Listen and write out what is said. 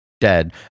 dead